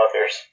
others